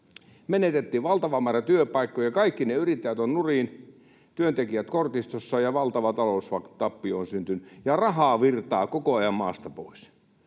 Menetettiin valtava määrä työpaikkoja. Kaikki ne yrittäjät ovat nurin, työntekijät kortistossa, valtava taloustappio on syntynyt, ja rahaa virtaa koko ajan maasta pois.